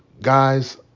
guys